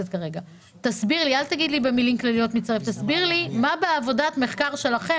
תסביר לי מה בעבודת המחקר שלכם,